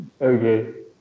okay